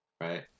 right